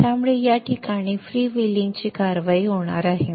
त्यामुळे याठिकाणी फ्रीव्हीलिंगची कारवाई होणार आहे